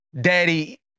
Daddy